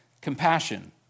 compassion